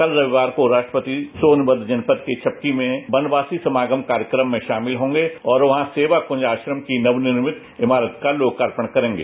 कल रविवार को राट्रपति सोनभद्र जनपद के छपकी में बनवासी समागम कार्यक्रम में शामिल होंगे और वहां सेवा कुंज आश्रम की नवनिर्भित इमारत का लोकार्पण करेंगे